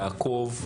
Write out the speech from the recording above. לעקוב,